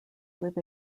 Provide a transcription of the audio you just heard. live